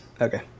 Okay